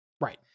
right